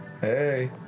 Hey